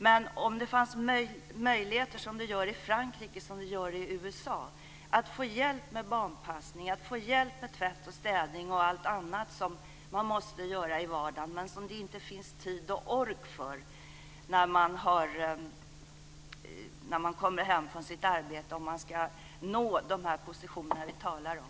I Sverige finns inte de möjligheter som finns i Frankrike och USA att få hjälp med barnpassning, med tvätt och städning och med allt annat som man måste göra i vardagen men som det inte finns tid och ork för när man kommer hem från sitt arbete om man ska nå de positioner som vi talar om.